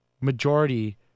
Majority